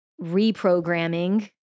reprogramming